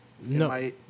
No